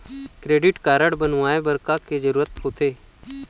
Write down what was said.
Credit card बनवाए बर का के जरूरत होते?